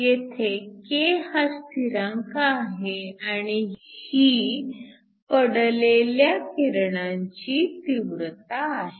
येथे K हा स्थिरांक आहे आणि ही पडलेल्या किरणांची तीव्रता आहे